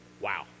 Wow